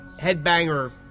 headbanger